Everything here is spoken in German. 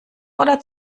oder